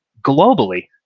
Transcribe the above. globally